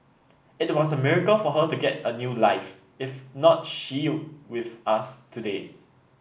it was a miracle for her to get a new life if not she with us today